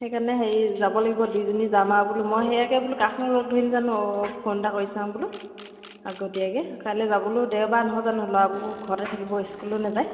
সেইকাৰণে হেৰি যাব লাগিব দুইজনী যাম আৰু বোলো মই সেয়াকে বোলো কাক নো লগ ধৰিম জানো অ' ফোন এটা কৰি চাম বোলো আগতীয়াকে কাইলে যাবলৈও দেওবাৰ নহয় জানো ল'ৰাবোৰ ঘৰতে থাকিব ইস্কুলো নেযায়